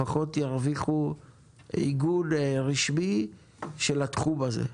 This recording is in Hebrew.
לפחות ירוויחו עיגון רשמי של התחום הזה.